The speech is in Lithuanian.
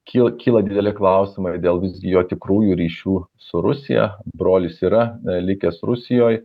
kyla kyla dideli klausimai dėl jo tikrųjų ryšių su rusija brolis yra likęs rusijoj